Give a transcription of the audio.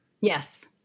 Yes